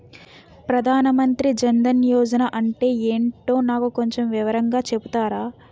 ప్రధాన్ మంత్రి జన్ దన్ యోజన అంటే ఏంటో నాకు కొంచెం వివరంగా చెపుతారా?